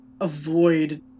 avoid